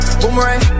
boomerang